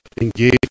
engage